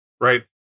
right